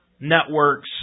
Network's